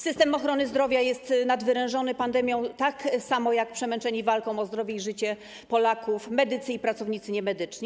System ochrony zdrowia jest nadwyrężony pandemią, tak samo jak przemęczeni walką o zdrowie i życie Polaków są medycy i pracownicy niemedyczni.